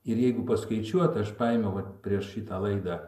ir jeigu paskaičiuot aš paėmiau vat prieš šitą laidą